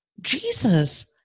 Jesus